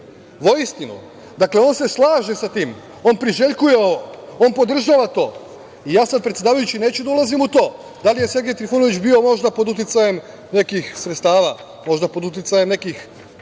voistinu. Dakle, on se slaže sa tim, on priželjkuje to, on podržava to. Predsedavajući, ja sad neću da ulazim u to da li je Sergej Trifunović bio možda pod uticajem nekih sredstava, možda pod uticajem nekih